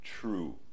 true